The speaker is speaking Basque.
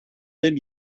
den